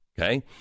Okay